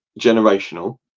generational